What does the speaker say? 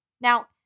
Now